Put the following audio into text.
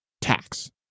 tax